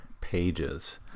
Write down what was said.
pages